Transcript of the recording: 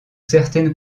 certaines